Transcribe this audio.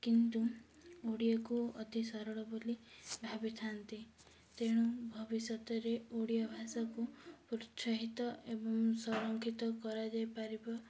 କିନ୍ତୁ ଓଡ଼ିଆକୁ ଅତି ସରଳ ବୋଲି ଭାବିଥାନ୍ତି ତେଣୁ ଭବିଷ୍ୟତରେ ଓଡ଼ିଆ ଭାଷାକୁ ପ୍ରୋତ୍ସାହିତ ଏବଂ ସଂରକ୍ଷିତ କରାଯାଇପାରିବ